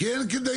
כי אין כדאיות.